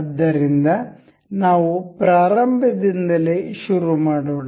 ಆದ್ದರಿಂದ ನಾವು ಪ್ರಾರಂಭದಿಂದಲೇ ಶುರುಮಾಡೋಣ